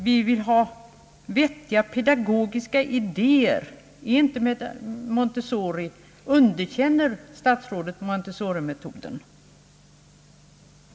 Vi vill driva vettiga pedagogiska idéer, säger statsrådet. Underkänner statsrådet Montessorimetoden?